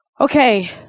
Okay